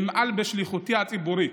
אמעל בשליחותי הציבורית.